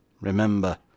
remember